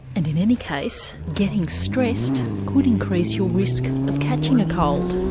and in any case, getting stressed could increase your risk of catching a cold.